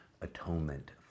atonement